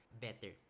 better